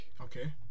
okay